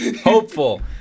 Hopeful